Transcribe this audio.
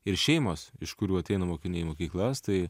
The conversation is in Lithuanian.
ir šeimos iš kurių ateina mokiniai į mokyklas tai